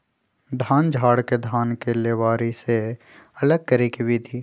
धान झाड़ के धान के लेबारी से अलग करे के विधि